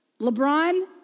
LeBron